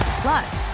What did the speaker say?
Plus